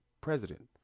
president